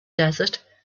desert